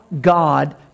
God